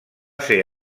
ser